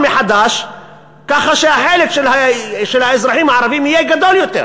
מחדש כך שהחלק של האזרחים הערבים יהיה גדול יותר.